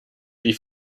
die